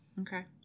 Okay